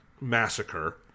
Massacre